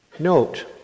Note